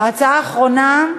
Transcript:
הרווחה והבריאות.